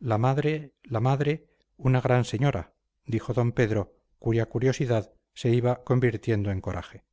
la madre la madre una gran señora dijo d pedro cuya curiosidad se iba convirtiendo en coraje